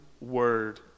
word